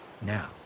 now